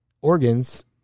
organs